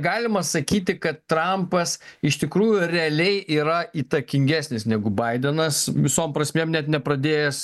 galima sakyti kad trampas iš tikrųjų realiai yra įtakingesnis negu baidenas visom prasmėm ne nepradėjęs